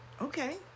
Okay